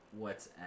WhatsApp